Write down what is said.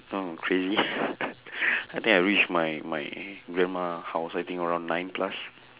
mm crazy I think I reach my my grandma house I think around nine plus